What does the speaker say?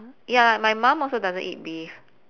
ya my mum also doesn't eat beef